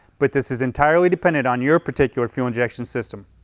but this is entirely dependent on your particular fuel injection system.